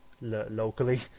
locally